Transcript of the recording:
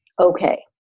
Okay